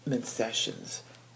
Sessions